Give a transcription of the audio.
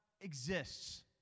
exists